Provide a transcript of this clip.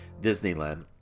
Disneyland